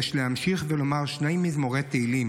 יש להמשיך ולומר שני מזמורי תהילים,